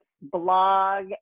blog